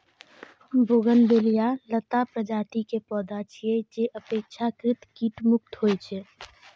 bougainvillea लता प्रजाति के पौधा छियै, जे अपेक्षाकृत कीट मुक्त होइ छै